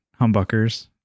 humbuckers